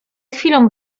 chwilą